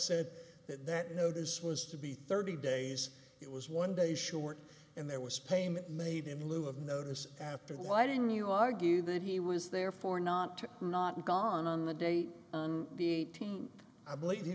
said that that notice was to be thirty days it was one day short and there was payment made in lieu of notice after the why didn't you argue that he was therefore not to not gone on the date on the team i believe he